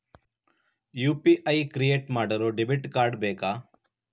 UPI create ಮಾಡಲು debit card ಬೇಕಾ?